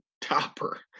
Topper